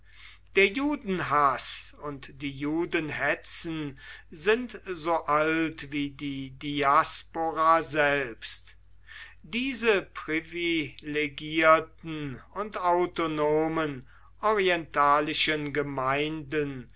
der judenhaß und die judenhetzen sind so alt wie die diaspora selbst diese privilegierten und autonomen orientalischen gemeinden